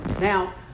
Now